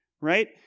right